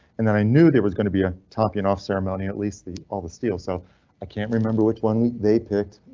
and then i knew there was going to be ah topping off ceremony. at least the all the steel, so i can't remember which one they picked.